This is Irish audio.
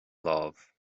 lámh